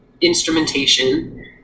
instrumentation